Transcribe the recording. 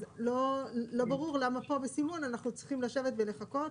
אז לא ברור למה פה בסימון אנחנו צריכים לשבת ולחכות,